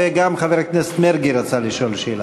וגם חבר הכנסת מרגי רצה לשאול שאלה,